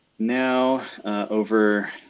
now over,